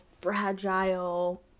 fragile